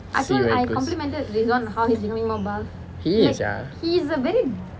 serious he is ah